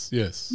yes